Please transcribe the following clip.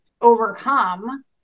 overcome